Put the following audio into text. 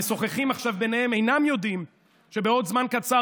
המשוחחים עכשיו ביניהם אינם יודעים שבעוד זמן קצר,